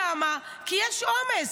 למה, כי יש עומס.